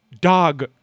dog